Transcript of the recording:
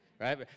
Right